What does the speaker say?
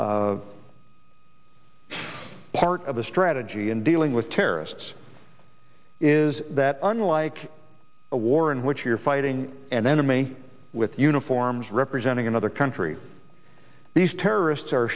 part of the strategy in dealing with terrorists is that unlike a war in which you're fighting an enemy with uniforms representing another country these terrorists are